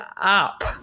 up